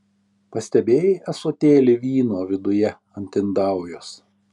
pastebėjai ąsotėlį vyno viduje ant indaujos